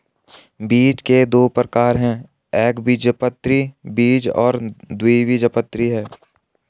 बीज के दो प्रकार है एकबीजपत्री बीज और द्विबीजपत्री बीज